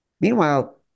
Meanwhile